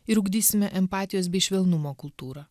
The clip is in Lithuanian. ir ugdysime empatijos bei švelnumo kultūrą